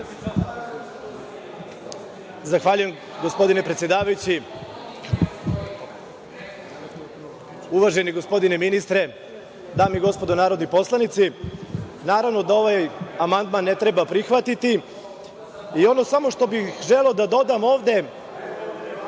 Zahvaljujem, gospodine predsedavajući. Uvaženi gospodine ministre, dame i gospodo narodni poslanici, naravno da ovaj amandman ne treba prihvatiti i samo bih želeo da dodam ovde,